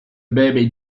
baby